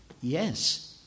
Yes